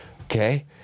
okay